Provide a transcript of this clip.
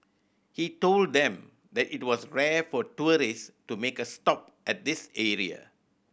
he told them that it was rare for tourist to make a stop at this area